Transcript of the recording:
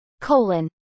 colon